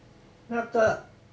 那个